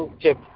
chip